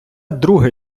друге